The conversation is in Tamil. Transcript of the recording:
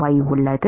Y உள்ளது